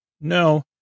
no